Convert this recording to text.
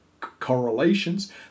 correlations